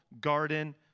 garden